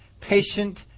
Patient